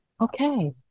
Okay